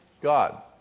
God